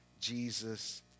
Jesus